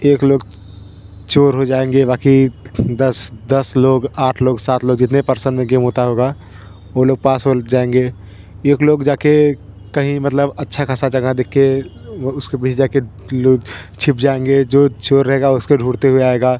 एक लोग चोर हो जाएंगे बाक़ि दस दस लोग आठ लोग सात लोग जीतने पर्सन में गेम होता होगा वो लोग पास हो जाएंगे एक लोग जा के कहीं मतलब अच्छा ख़ासा जगह देख के वो उसके बीच जा के लोग छिप जाएंगे जो चोर रहेगा उसको ढूंढते हुए आएगा